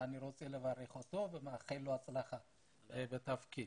ואני מאחל לו הצלחה בתפקיד.